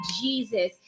jesus